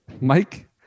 mike